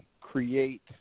create